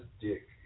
dick